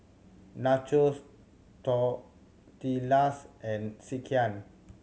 Nachos Tortillas and Sekihan